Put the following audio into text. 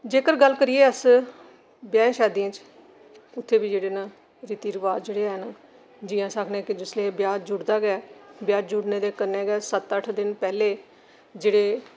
जेकर गल्ल करिए अस ब्याहें शादियें च उत्थै बी जेह्डे़ न रीति रिवाज जेह्ड़े हैन जियां अस आखने आं कि जिसलै व्याह् जुड़दा गै ब्याह जुड़ने दे कन्ना गै सत्त अठ्ठ दिन पैह्लें जेह्डे़